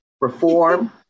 reform